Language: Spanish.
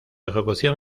ejecución